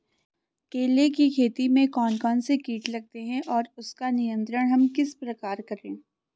केले की खेती में कौन कौन से कीट लगते हैं और उसका नियंत्रण हम किस प्रकार करें?